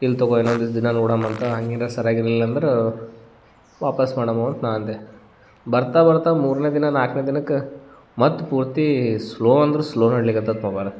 ಇಲ್ಲ ತಗೊ ಇನ್ನೊಂದು ಈಸು ದಿನ ನೋಡಾಣ್ ಅಂತ ಹಂಗೇನರ ಸರ್ಯಾಗಿ ಇರ್ಲಿಲ್ಲ ಅಂದ್ರೆ ವಾಪಸ್ ಮಾಡಮೊ ಅಂತ ನಾ ಅಂದೆ ಬರ್ತಾ ಬರ್ತಾ ಮೂರನೇ ದಿನ ನಾಲ್ಕನೇ ದಿನಕ್ಕೆ ಮತ್ತೆ ಪೂರ್ತಿ ಸ್ಲೋ ಅಂದ್ರೆ ಸ್ಲೋ ನಡಿಲಿಕತೈತು ಮೊಬೈಲ್